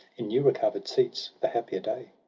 in new-recover'd seats, the happier day